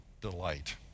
delight